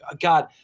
god